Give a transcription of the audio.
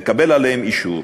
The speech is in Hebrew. נקבל עליהם אישור,